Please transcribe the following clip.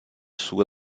sua